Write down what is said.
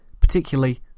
particularly